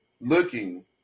looking